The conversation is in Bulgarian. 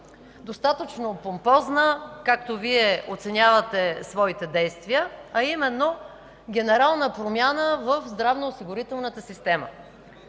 достатъчно помпозна, както Вие оценявате своите действия, а именно „генерална промяна в здравноосигурителната система”.